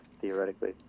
theoretically